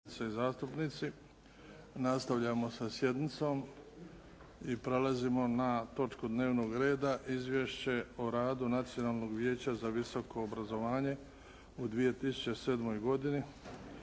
zastupnici. Nastavljamo sa sjednicom. I prelazimo na točku dnevnog reda. - Izvješće o radu Nacionalnog vijeća za visoko obrazovanje u 2007. godini.,